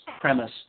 premise